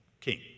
king